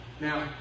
Now